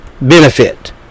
benefit